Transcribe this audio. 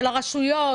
של הרשויות